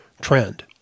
trend